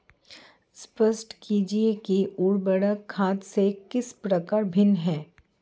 स्पष्ट कीजिए कि उर्वरक खाद से किस प्रकार भिन्न है?